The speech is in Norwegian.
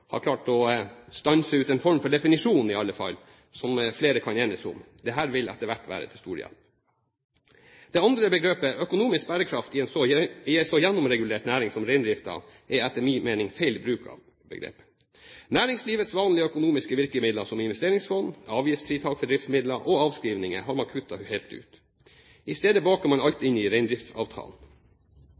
har klart å stanse ut en form for definisjon som flere kan enes om. Det vil etter hvert være til stor hjelp. Begrepet «økonomisk bærekraftig» i en så gjennomregulert næring som reindriften er, etter min mening, feil bruk av begrepet. Næringslivets vanlige økonomiske virkemidler, som investeringsfond, avgiftsfritak for driftsmidler og avskrivninger, har man kuttet helt ut, i stedet baker man alt inn i reindriftsavtalen.